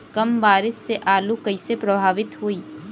कम बारिस से आलू कइसे प्रभावित होयी?